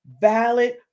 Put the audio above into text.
valid